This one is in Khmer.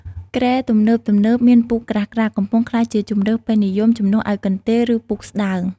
គ្រែទំនើបៗមានពូកក្រាស់ៗ កំពុងក្លាយជាជម្រើសពេញនិយម ជំនួសឱ្យកន្ទេល ឬពូកស្តើង។